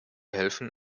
helfen